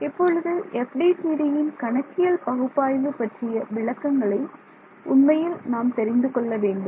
இப்பொழுது FDTDயின் கணக்கியல் பகுப்பாய்வு பற்றிய விளக்கங்களை உண்மையில் நாம் தெரிந்துகொள்ள வேண்டும்